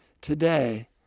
today